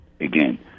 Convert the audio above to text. again